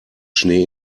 schnee